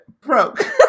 broke